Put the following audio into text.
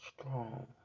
strong